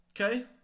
Okay